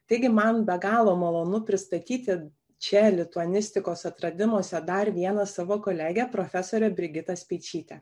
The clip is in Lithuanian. taigi man be galo malonu pristatyti čia lituanistikos atradimuose dar vieną savo kolegę profesorę brigitą speičytę